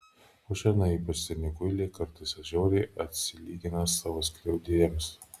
o šernai ypač seni kuiliai kartais žiauriai atsilygina savo skriaudėjams